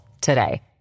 today